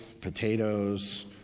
potatoes